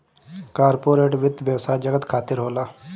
corporate वित्त व्यवसाय जगत खातिर होला